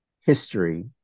history